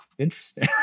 interesting